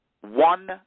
one